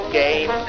game